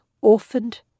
orphaned